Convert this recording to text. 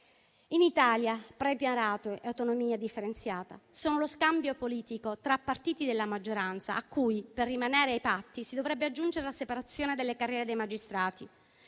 In Italia premierato e autonomia differenziata sono lo scambio politico tra partiti della maggioranza, a cui, per rimanere ai patti, si dovrebbe aggiungere la separazione delle carriere dei magistrati.